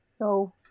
No